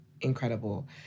incredible